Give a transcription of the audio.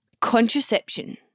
contraception